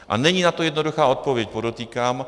A není na to jednoduchá odpověď, podotýkám.